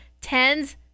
tens